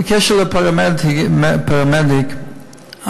בקשר לפרמדיק,